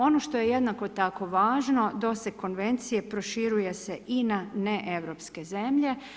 Ono što je jednako tako važno doseg konvencije proširuje se i na neeuropske zemlje.